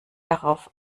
darauf